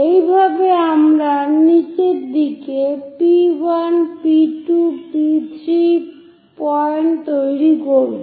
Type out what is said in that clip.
এই ভাবে আমরা নীচের দিকে P1 P2 P3 পয়েন্ট তৈরি করব